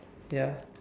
ya